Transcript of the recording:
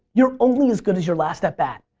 you're only as good as your last at-bat.